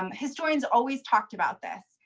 um historians always talked about this.